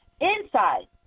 inside